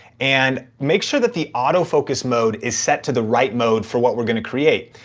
and make sure that the auto focus mode is set to the right mode for what we're gonna create.